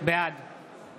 בעד